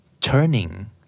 turning